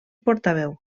portaveu